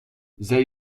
zij